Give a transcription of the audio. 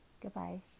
Goodbye